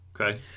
Okay